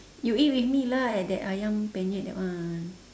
you eat with me lah at that ayam-penyet that one